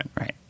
Right